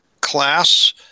class